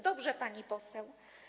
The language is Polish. Dobrze, pani poseł.